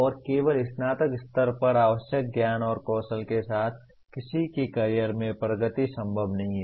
और केवल स्नातक स्तर पर आवश्यक ज्ञान और कौशल के साथ किसी के करियर में प्रगति संभव नहीं है